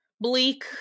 bleak